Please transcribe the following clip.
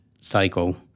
cycle